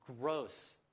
Gross